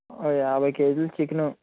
ఓ యాభై కేజీలు చికెను